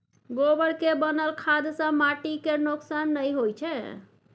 गोबर केर बनल खाद सँ माटि केर नोक्सान नहि होइ छै